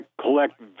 collect